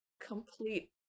complete